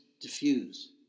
diffuse